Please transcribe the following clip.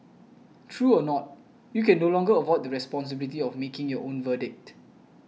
true or not you can no longer avoid the responsibility of making your own verdict